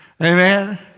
Amen